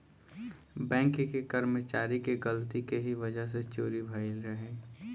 bank के कर्मचारी के गलती के ही वजह से चोरी भईल रहे